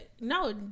No